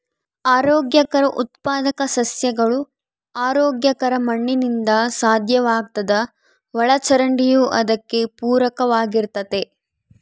ಆರೋಗ್ಯಕರ ಉತ್ಪಾದಕ ಸಸ್ಯಗಳು ಆರೋಗ್ಯಕರ ಮಣ್ಣಿನಿಂದ ಸಾಧ್ಯವಾಗ್ತದ ಒಳಚರಂಡಿಯೂ ಅದಕ್ಕೆ ಪೂರಕವಾಗಿರ್ತತೆ